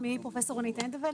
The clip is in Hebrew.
שמי פרופ' רונית אנדוולט,